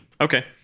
Okay